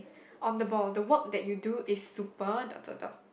on the board the work that you do is super dot dot dot